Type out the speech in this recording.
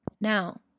Now